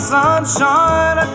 sunshine